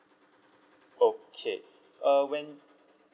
okay uh when